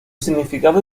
significado